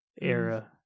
Era